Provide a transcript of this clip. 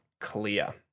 clear